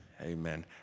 Amen